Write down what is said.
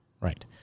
right